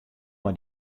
mei